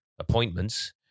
Appointments